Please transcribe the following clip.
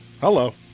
Hello